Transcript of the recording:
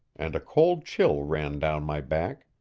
and a cold chill ran down my back.